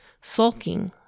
sulking